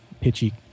pitchy